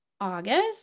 August